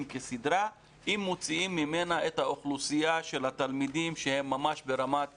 כסדרה אם מוציאים ממנה את האוכלוסייה של התלמידים שהם ממש ברמת